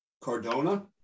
Cardona